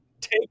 Take